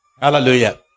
Hallelujah